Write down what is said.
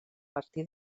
martí